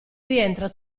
rientra